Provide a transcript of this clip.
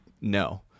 no